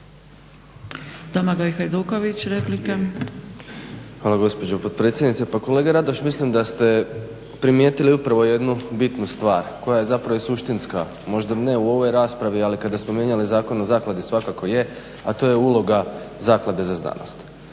Hvala gospođo potpredsjednice. Pa kolega Radoš, mislim da ste primjetili upravo jednu bitnu stvar koja je zapravo i suštinska, možda ne u ovoj raspravi, ali kada smo mijenjali Zakon o zakladi … kako je, a to je uloga Zaklade za znanost.